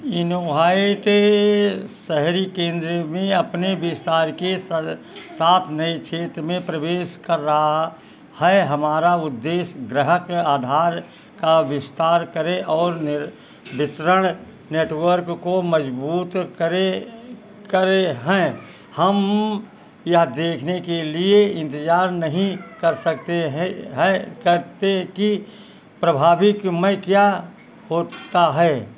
innovate के शहरी केंद्र में अपने विस्तार के साथ नए क्षेत्र में प्रवेश कर रहा है हमारा उद्देश्य ग्रहक आधार का विस्तार करे और वितरण नेटवर्क को मज़बूत करे करे हैं हम यह देखने के लिए इंतज़ार नहीं कर सकते हैं करते कि प्रभावित में क्या होता है